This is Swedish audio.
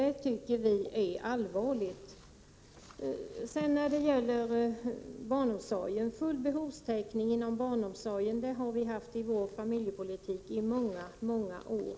Det tycker vi är allvarligt. När det gäller barnomsorgen vill jag bara tillägga att full behovstäckning inom barnomsorgen har vi haft i vår familjepolitik i många, många år.